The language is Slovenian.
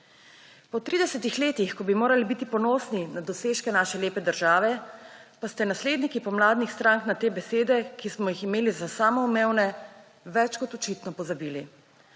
Po 30-ih letih, ko bi morali biti ponosni na dosežke naše lepe države, pa ste nasledniki pomladnih strank na te besede, ki smo jih imeli za samoumevne, več kot očitno pozabili.